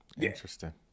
Interesting